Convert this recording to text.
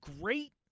great